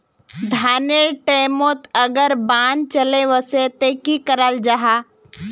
धानेर टैमोत अगर बान चले वसे ते की कराल जहा?